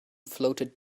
floated